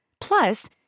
Plus